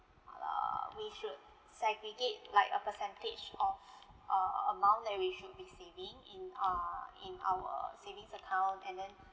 err we should segregate like a percentage of a amount that we should be saving in err in our savings account and then